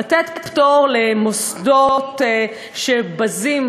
לתת פטור למוסדות שבזים,